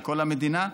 לכל המדינה,